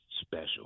special